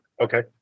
Okay